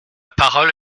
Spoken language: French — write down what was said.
parole